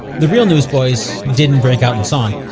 the real newsboys didn't break out in song.